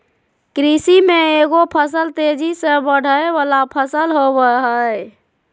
कृषि में एगो फसल तेजी से बढ़य वला फसल होबय हइ